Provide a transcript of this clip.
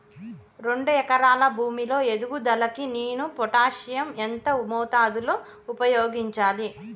రెండు ఎకరాల భూమి లో ఎదుగుదలకి నేను పొటాషియం ఎంత మోతాదు లో ఉపయోగించాలి?